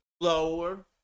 lower